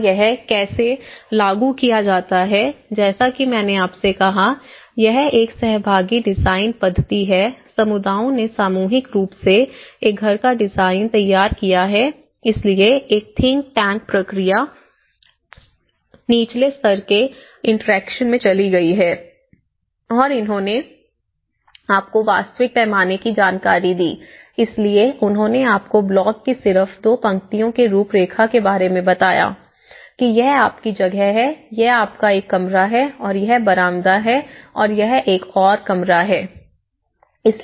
और यह कैसे लागू किया जाता है जैसा कि मैंने आपसे कहा यह एक सहभागी डिजाइन पद्धति है समुदायों ने सामूहिक रूप से एक घर का डिज़ाइन तैयार किया है इसलिए एक थिंक टैंक प्रक्रिया निचले स्तर के इंटरैक्शन में चली गई है और उन्होंने आपको वास्तविक पैमाने की जानकारी दी इसलिए उन्होंने आपको ब्लॉक की सिर्फ दो पंक्तियों के रूपरेखा के बारे में बताया कि यह आपकी जगह है यह आपका एक कमरा है और यह बरामदा है यह एक और कमरा है